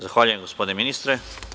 Zahvaljujem, gospodine ministre.